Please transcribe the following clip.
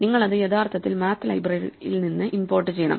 നിങ്ങൾ അത് യഥാർത്ഥത്തിൽ മാത്ത് ലൈബ്രറിയിൽ നിന്ന് ഇമ്പോർട്ട് ചെയ്യണം